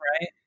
right